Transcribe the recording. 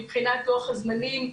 מבחינת לוח הזמנים,